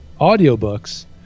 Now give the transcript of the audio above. audiobooks